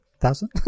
thousand